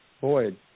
Boyd